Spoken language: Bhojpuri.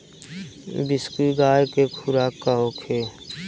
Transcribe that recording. बिसुखी गाय के खुराक का होखे?